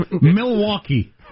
Milwaukee